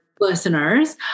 listeners